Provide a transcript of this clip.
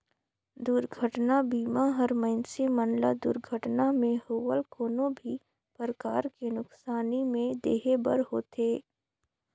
दुरघटना बीमा हर मइनसे मन ल दुरघटना मे होवल कोनो भी परकार के नुकसानी में देहे बर होथे